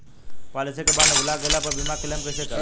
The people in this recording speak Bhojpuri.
पॉलिसी के बॉन्ड भुला गैला पर बीमा क्लेम कईसे करम?